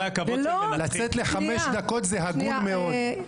לצאת לחמש דקות זה הגון מאוד.